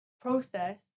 process